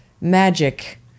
magic